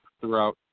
throughout